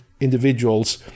individuals